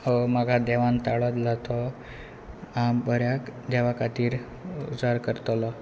हो म्हाका देवान ताळो दिला तो हांव बऱ्या देवा खातीर उजार करतलों